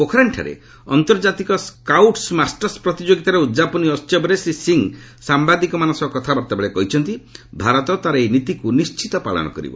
ପୋଖରାନ୍ଠାରେ ଆନ୍ତର୍ଜାତିକ scouts masters ପ୍ରତିଯୋଗୀତାର ଉଦ୍ଯାପନୀ ଅବସରରେ ଶ୍ରୀ ସିଂହ ସାୟାଦିକମାନଙ୍କ ସହ କଥାବାର୍ତ୍ତା ବେଳେ କହିଛନ୍ତି ଭାରତ ତାର ଏହି ନୀତିକୁ ନିଶ୍ଚିତ ପାଳନ କରିବ